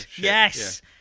Yes